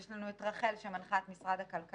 יש לנו את רח"ל, שמנחה את משרד הכלכלה,